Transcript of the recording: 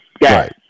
Right